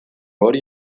hori